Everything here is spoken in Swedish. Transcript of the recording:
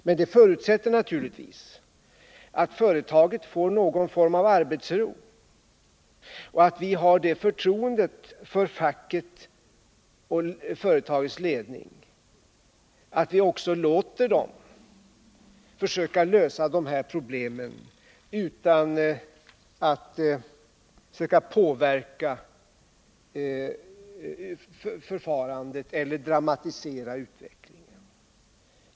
Men det förutsätter naturligtvis att företaget får någon form av arbetsro och att vi har det förtroendet för facket och företagets ledning att vi också låter dem försöka lösa de här problemen utan att söka påverka förfarandet eller dramatisera utvecklingen.